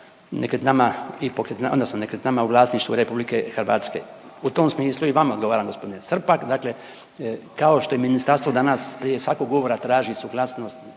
nekretninama u vlasništvu RH. U tom smislu i vama odgovaram g. Srpak, dakle kao što je i ministarstvo danas prije svakog odgovora traži suglasnost